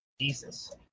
Jesus